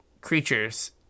creatures